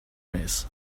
més